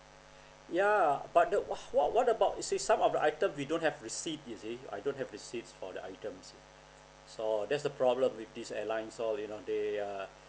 yeah but the what what about you see some of the item we don't have receipt you see I don't have receipt for the items so that's the problem with this airline so you know they are